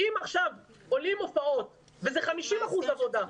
אם עכשיו עולות הופעות וזה 50 אחוזים עבודה,